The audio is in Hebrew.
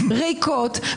ריקות,